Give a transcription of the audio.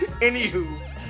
Anywho